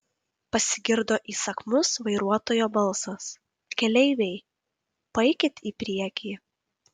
pasigirdo įsakmus vairuotojo balsas keleiviai paeikit į priekį